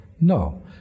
No